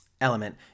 element